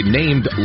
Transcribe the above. named